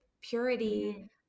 purity